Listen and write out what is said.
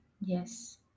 Yes